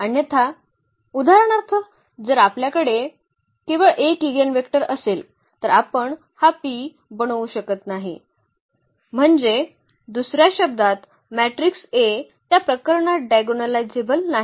अन्यथा उदाहरणार्थ जर आपल्याकडे केवळ 1 इगेनवेक्टर असेल तर आपण हा P बनवू शकत नाही म्हणजे दुसर्या शब्दात मॅट्रिक्स A त्या प्रकरणात डायगोनलायझेबल नाही